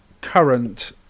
current